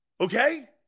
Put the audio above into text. Okay